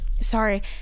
Sorry